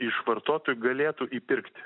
iš vartotojų galėtų įpirkti